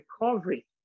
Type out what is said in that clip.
recovery